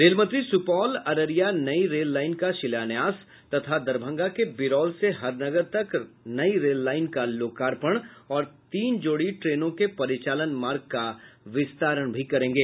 रेलमंत्री सुपौल अररिया नई rail line का शिलान्यास तथा दरभंगा के बिरौल से हरनगर तक नई रेल लाईन का लोकार्पण और तीन जोड़ी ट्रेनों के परिचालन मार्ग का विस्तारण भी करेंगे